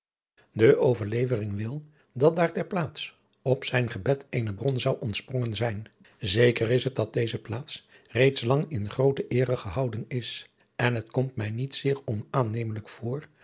de overlevering wil dat daar ter plaatse op zijn gebed eene bron zou ontspronadriaan loosjes pzn het leven van hillegonda buisman gen zijn zeker is het dat deze plaats reeds lang in groote eere gehouden is en het komt mij niet zeer onaannemelijk voof